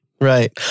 Right